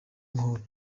umuhoro